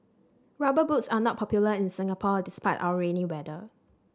rubber boots are not popular in Singapore despite our rainy weather